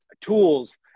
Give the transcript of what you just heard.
tools